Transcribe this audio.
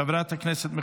חבר הכנסת דן אילוז,